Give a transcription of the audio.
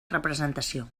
representació